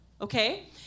okay